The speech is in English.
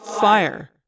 fire